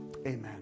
Amen